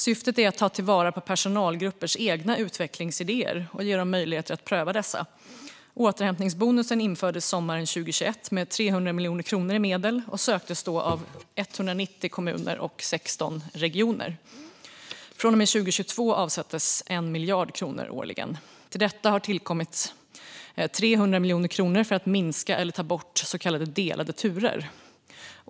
Syftet är att ta vara på personalgruppers egna utvecklingsidéer och ge dem möjligheter att pröva dessa. Återhämtningsbonusen infördes sommaren 2021 med 300 miljoner kronor i medel och söktes då av 190 kommuner och 16 regioner. Från 2022 har 1 miljard kronor avsatts årligen. Till detta har tillkommit 300 miljoner kronor för att minska eller ta bort så kallade delade turer.